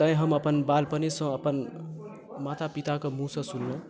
तैँ हम अपन बालपनेसँ अपन माता पिताके मुँहसँ सुनलहुँ